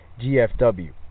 GFW